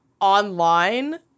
online